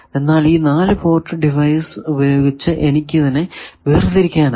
എന്നാൽ ഈ 4 port device ഉപയോഗിച്ച് എനിക്കതിനെ വേർതിരിക്കാനാകും